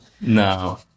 No